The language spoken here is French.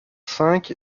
cinq